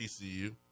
TCU